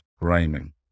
rhyming